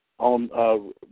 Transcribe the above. on